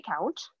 account